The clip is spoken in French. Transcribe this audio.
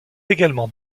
également